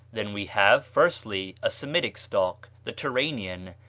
then we have, firstly, a semitic stock, the turanian,